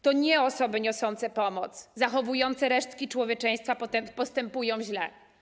To nie osoby niosące pomoc, zachowujące resztki człowieczeństwa postępują źle.